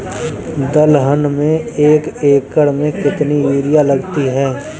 दलहन में एक एकण में कितनी यूरिया लगती है?